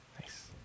Nice